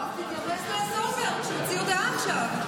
בועז, תתייחס לסולברג, שהוציא הודעה עכשיו.